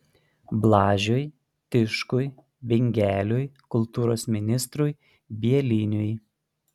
blažiui tiškui bingeliui kultūros ministrui bieliniui